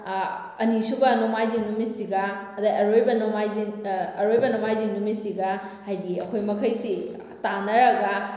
ꯑꯅꯤꯁꯨꯕ ꯅꯣꯡꯃꯥꯏꯖꯤꯡ ꯅꯨꯃꯤꯠꯁꯤꯒ ꯑꯗꯩ ꯑꯔꯣꯏꯕ ꯅꯣꯡꯃꯥꯏꯖꯤꯡ ꯑꯔꯣꯏꯕ ꯅꯣꯡꯃꯥꯏꯖꯤꯡ ꯅꯨꯃꯤꯠꯁꯤꯒ ꯍꯥꯏꯗꯤ ꯑꯩꯈꯣꯏ ꯃꯈꯩꯁꯤ ꯇꯥꯅꯔꯒ